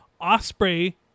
Osprey